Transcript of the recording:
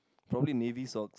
probably navy socks